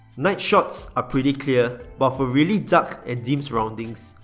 night shots are pretty clear but for really dark and dim surroundings,